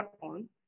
on